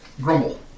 Grumble